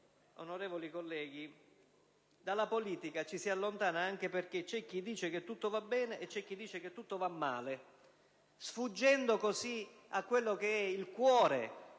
onorevoli colleghi, dalla politica ci si allontana anche perché c'è chi dice che tutto va bene e c'è chi dice che tutto va male, sfuggendo al cuore di